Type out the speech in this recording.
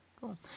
cool